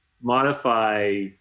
modify